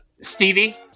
Stevie